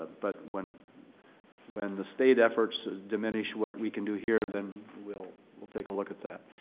but when when the state efforts diminish what we can do here then we'll we'll take a look at that.